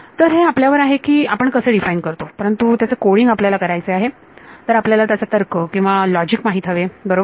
तर हे आपल्यावर आहे की आपण कसे डिफाइन करतो परंतु त्याचे कोडिंग आपल्याला करायचे आहे तर आपल्याला त्याचा तर्क किंवा लॉजिक माहीत हवे बरोबर